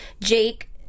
Jake